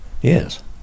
Yes